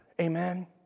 Amen